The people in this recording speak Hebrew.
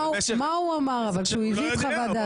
מה הוא אמר כשהוא הביא את חוות דעתו?